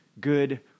good